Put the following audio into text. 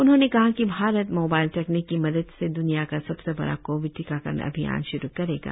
उन्होंने कहा कि भारत मोबाइल तकनीक की मदद से द्रनिया का सबसे बड़ा कोविड टीकाकरण अभियान श्रू करेगा